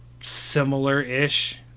similar-ish